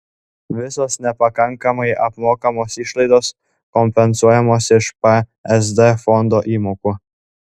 visos nepakankamai apmokamos išlaidos kompensuojamos iš psd fondo įmokų